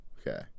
Okay